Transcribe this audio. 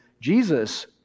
Jesus